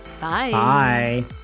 Bye